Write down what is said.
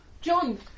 John